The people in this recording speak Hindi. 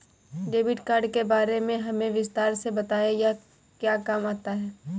डेबिट कार्ड के बारे में हमें विस्तार से बताएं यह क्या काम आता है?